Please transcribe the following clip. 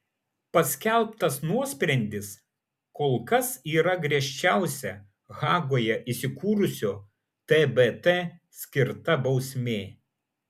paskelbtas nuosprendis kol kas yra griežčiausia hagoje įsikūrusio tbt skirta bausmė